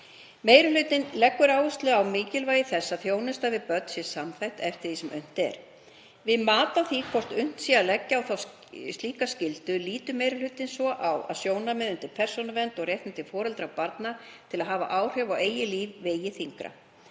Meiri hlutinn leggur áherslu á mikilvægi þess að þjónusta við börn sé samþætt eftir því sem unnt er. Við mat á því hvort unnt sé að leggja á slíka skyldu lítur meiri hlutinn svo á að sjónarmið um persónuvernd og réttindi foreldra og barna til að hafa áhrif á eigið líf vegi þyngra.